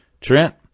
Trent